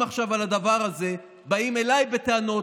עכשיו על הדבר הזה באים אליי בטענות.